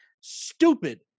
stupid